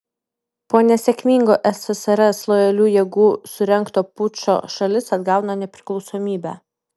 po nesėkmingo ssrs lojalių jėgų surengto pučo šalis atgauna nepriklausomybę